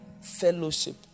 fellowship